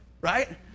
right